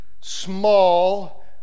small